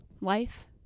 life